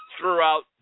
throughout